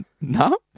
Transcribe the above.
No